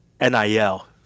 NIL